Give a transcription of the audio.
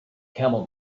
camel